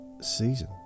season